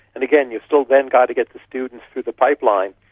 and again you've still then got to get the students through the pipeline.